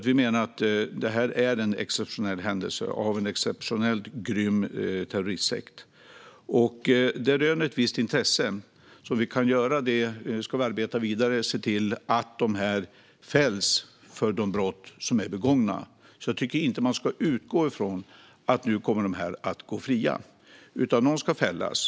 Vi menar att detta är en exceptionell händelse av en exceptionellt grym terroristsekt. Detta har rönt ett visst intresse, och nu ska vi arbeta vidare så att dessa människor fälls för de brott som är begångna. Jag tycker därför inte att man ska utgå från att de kommer att gå fria, utan de ska fällas.